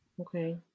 Okay